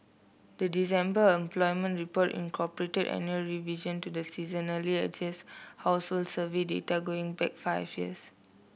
the December employment report incorporated annual revision to the seasonally adjusted household survey data going back five years